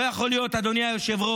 לא יכול להיות, אדוני היושב-ראש,